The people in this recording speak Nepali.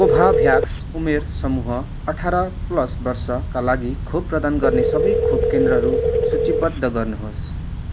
कोभाभ्याक्स उमेर समूह अठार प्लस वर्षका लागि खोप प्रदान गर्ने सबै खोप केन्द्रहरू सूचीबद्ध गर्नुहोस्